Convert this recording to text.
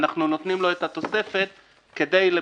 ואנחנו נותנים לו את התוספת, לבקשתך,